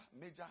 major